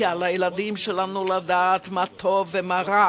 כי על הילדים שלנו לדעת מה טוב ומה רע,